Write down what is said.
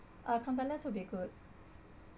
uh contactless will be good